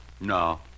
No